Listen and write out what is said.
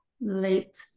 late